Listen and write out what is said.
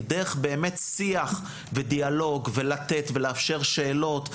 היא דרך באמת שיח ודיאלוג ולתת ולאפשר שאלות.